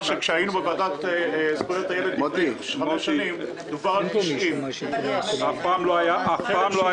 בוועדה לזכויות הילד לפני חמש שנים דובר על 90. אף פעם לא היו